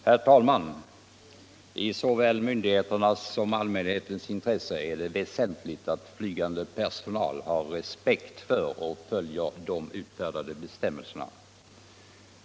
Herr talman! I såväl myndigheternas som allmänhetens intresse är det väsentligt att flygande personal har respekt för och följer de utfärdade bestämmelserna.